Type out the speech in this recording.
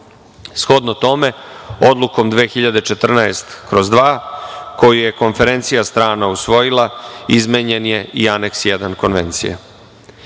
Shodno tome odlukom 2014/2, koji je konferencija strana usvojila izmenjen je i Aneks 1. konvencije. Imajući